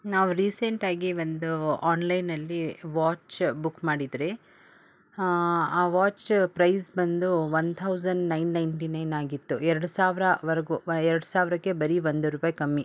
ನಾವು ರೀಸೆಂಟಾಗಿ ಒಂದು ಆನ್ಲೈನ್ನಲ್ಲಿ ವಾಚ್ ಬುಕ್ ಮಾಡಿದ್ರಿ ಆ ವಾಚ್ ಪ್ರೈಸ್ ಬಂದು one thousand nine ninety nine ಆಗಿತ್ತು ಎರಡು ಸಾವಿರವರ್ಗೂ ಎರಡು ಸಾವಿರಕ್ಕೆ ಬರೀ ಒಂದು ರೂಪಾಯಿ ಕಮ್ಮಿ